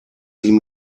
ihm